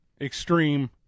extreme